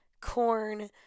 corn